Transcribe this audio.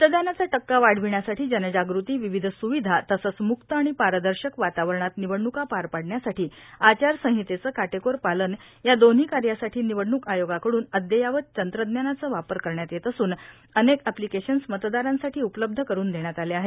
मतदानाचा टक्का वाढविण्यासाठी जनजागृती विविध स्विधा तसंच म्क्त आणि पारदर्शक वातावरणात निवडणूका पार पाडण्यासाठी आचारसंहितेचं काटेकोर पालन या दोन्ही कार्यांसाठी निवडणूक आयोगाकडून अद्ययावत तंत्रज्ञानाचा वापर करण्यात येत असून अनेक एप्लिकेशन्स मतदारांसाठी उपलब्ध करून देण्यात आली आहेत